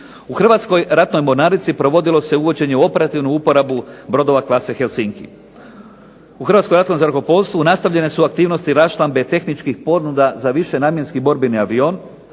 U Hrvatskoj ratnoj mornarici provodilo se uvođenje operativna uporaba bordova klase "Helsinki". U Hrvatskom ratnom zrakoplovstvu nastavljene su aktivnosti raščlambe tehničkih ponuda za višenamjenski borbeni avion,